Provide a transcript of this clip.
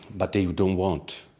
but they don't want,